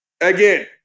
Again